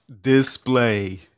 display